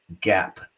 gap